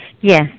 Yes